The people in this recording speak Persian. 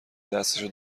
دستشو